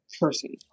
person